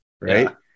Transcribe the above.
right